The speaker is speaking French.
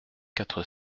quatre